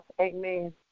Amen